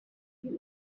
you